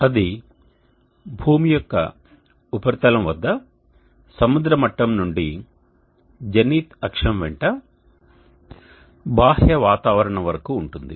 అది భూమి యొక్క ఉపరితలం వద్ద సముద్ర మట్టం నుండి జెనిత్ అక్షం వెంట బాహ్య వాతావరణం వరకు ఉంటుంది